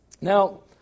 Now